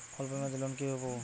অল্প মেয়াদি লোন কিভাবে পাব?